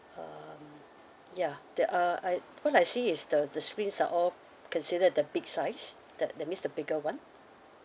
um ya they are uh what I see is the the screens are all consider the big size that that means the bigger one